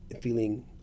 feeling